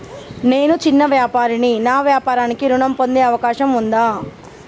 నేను చిన్న వ్యాపారిని నా వ్యాపారానికి ఋణం పొందే అవకాశం ఉందా?